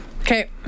Okay